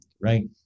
right